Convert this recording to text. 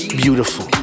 beautiful